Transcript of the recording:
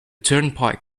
turnpike